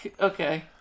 Okay